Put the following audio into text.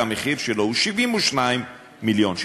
תג המחיר שלו הוא 72 מיליון שקלים.